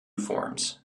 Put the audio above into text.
forms